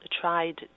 tried